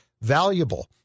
valuable